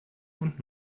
und